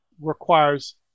requires